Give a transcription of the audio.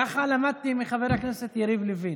ככה למדתי מחבר הכנסת יריב לוין.